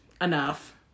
enough